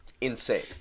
insane